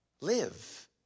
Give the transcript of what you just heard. live